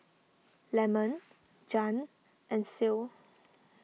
Lemon Jann and Ceil